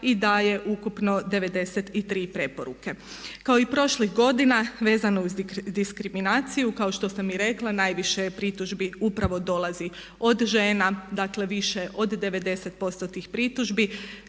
i daje ukupno 93 preporuke. Kao i prošlih godina vezano uz diskriminaciju kao što sam i rekla najviše je pritužbi upravo dolazi od žena, dakle više od 90% tih pritužbi,